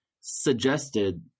suggested